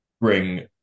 bring